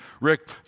Rick